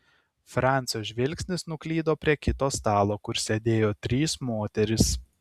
francio žvilgsnis nuklydo prie kito stalo kur sėdėjo trys moterys